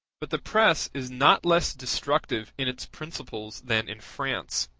but the press is not less destructive in its principles than in france,